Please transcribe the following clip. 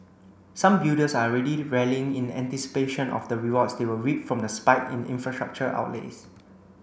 some builders are already rallying in anticipation of the rewards they will reap from the spike in infrastructure outlays